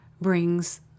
brings